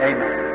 Amen